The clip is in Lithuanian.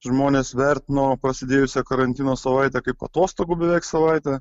žmonės vertino prasidėjusią karantino savaitę kaip atostogų beveik savaitę